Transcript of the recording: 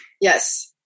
Yes